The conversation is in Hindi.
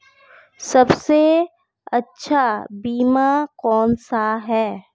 सबसे अच्छा बीमा कौनसा है?